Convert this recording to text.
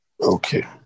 Okay